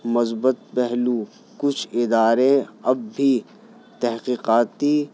مثبت پہلو کچھ ادارے اب بھی تحقیقاتی